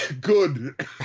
Good